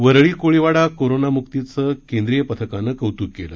वरळी कोळीवाडा कोरोनामुक्तीचं केंद्रीय पथकानं कौतुक केलं